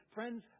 Friends